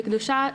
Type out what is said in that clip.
"בקדושה",